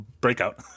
breakout